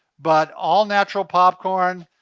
but all natural popcorn.